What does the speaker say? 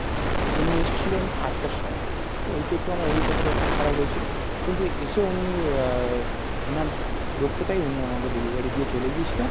উনি এসছিলেন আটটার সময় তো ওইটা একটু আমার অভিজ্ঞতা এটটু খারাপ হয়েছিলো কিন্তু এসে উনি ওঁর দক্ষতায় উনি আমাকে ডেলিভারি দিয়ে চলে গিয়েছিলেন